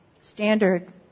standard